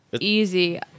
easy